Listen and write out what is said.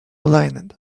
lined